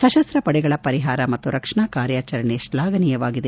ಸಶಸ್ನ ಪಡೆಗಳ ಪರಿಹಾರ ಮತ್ನು ರಕ್ಷಣಾ ಕಾರ್ಯಾಚರಣೆ ಶ್ವಾಘನೀಯವಾಗಿದೆ